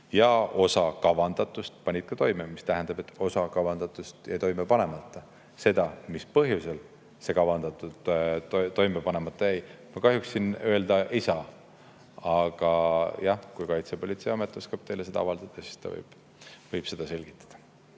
Osa kavandatust panid ka toime, mis tähendab, et osa kavandatust jäi toime panemata. Seda, mis põhjusel see kavandatu toime panemata jäi, ma kahjuks siin öelda ei saa. Aga jah, kui Kaitsepolitseiamet [saab] teile seda avaldada, siis ta võib seda selgitada.